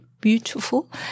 Beautiful